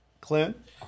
Clint